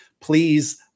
please